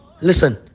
listen